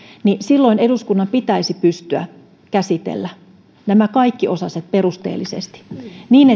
niin silloin eduskunnan pitäisi pystyä käsittelemään nämä kaikki osaset perusteellisesti niin